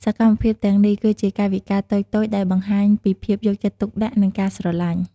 សកម្មភាពទាំងនេះ គឺជាកាយវិការតូចៗដែលបង្ហាញពីភាពយកចិត្តទុកដាក់ និងការស្រឡាញ់។